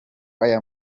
aya